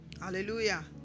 hallelujah